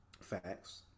Facts